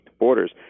borders